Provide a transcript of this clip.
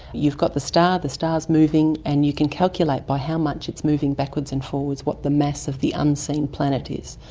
you've got the star, the star's moving and you can calculate by how much it's moving backwards and forwards what the mass of the unseen planet is.